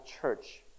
church